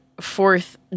fourth